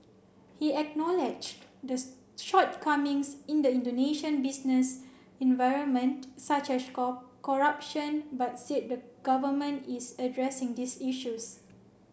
he acknowledged the shortcomings in the Indonesian business environment such as corruption but said the government is addressing these issues